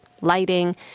lighting